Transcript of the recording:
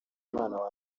umwana